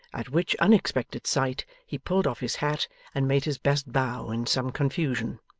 at which unexpected sight he pulled off his hat and made his best bow in some confusion.